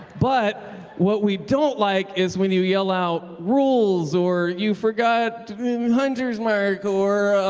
but what we don't like is when you yell out rules or you forgot hunter's mark, or